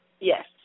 Yes